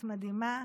את מדהימה.